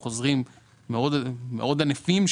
שהם חוזרים מאוד ענפים,